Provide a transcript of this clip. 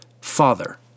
Father